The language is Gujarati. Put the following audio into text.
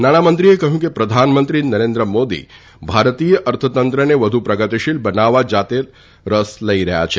નાણાં મંત્રીએ કહયું કે પ્રધાનમંત્રી નરેન્દ્ર મોદી ભારતીય અર્થતંત્રને વધુ પ્રગતિશીલ બનાવવા જાતે રસ લઇ રહયાં છે